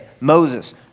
Moses